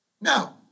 No